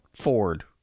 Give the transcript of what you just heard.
Ford